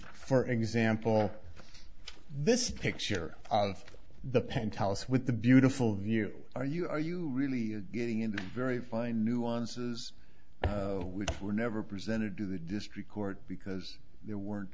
for example this picture of the penthouse with the beautiful view are you are you really getting into very fine nuances we were never presented to the district court because there weren't